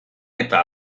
eta